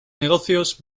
negocios